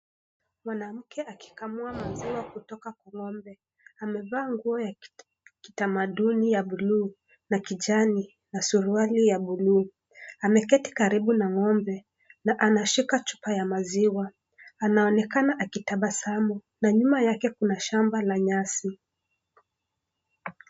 Mwanamke akikamua maziwa kutoka kwa ng'ombe, amevaa nguo ya kitamaduni ya buluu na kijani na suruali ya buluu ameketi karibu na ng'ombe na anashika chupa ya maziwa, anaonekana akitabasamu na nyuma yake kuna shamba la nyasi.